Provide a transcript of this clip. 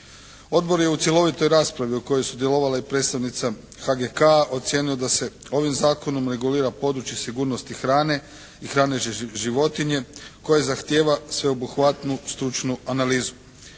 Odbor je u cjelovitoj raspravi u kojoj je sudjelovala i predstavnica HGK ocijenio da se ovim zakonom regulira područje sigurnosti hrane i … /Govornik se ne razumije./ … životinje koje zahtijeva sveobuhvatnu stručnu analizu.